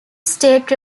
state